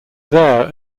there